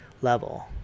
level